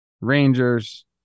Rangers